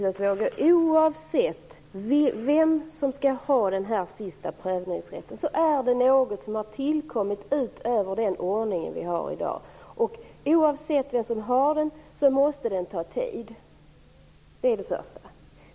Fru talman! Oavsett vem som skall ha den sista prövningsrätten har den tillkommit utöver den ordning som vi har i dag, och oavsett vem som utövar den måste den ta tid.